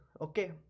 okay